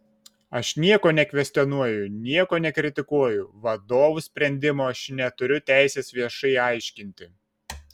aš nieko nekvestionuoju nieko nekritikuoju vadovų sprendimo aš neturiu teisės viešai aiškinti